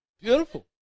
Beautiful